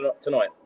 tonight